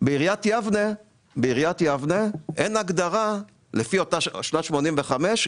לפי אותה הגדרה משנת 1985,